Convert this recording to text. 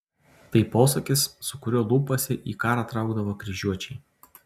tai posakis su kuriuo lūpose į karą traukdavo kryžiuočiai